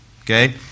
Okay